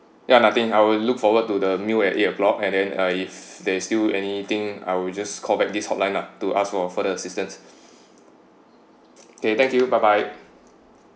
ya nothing I will look forward to the meal at eight o'clock and then uh if there is still anything I will just call back this hotline lah to ask for further assistance okay thank you bye bye